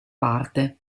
parte